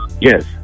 yes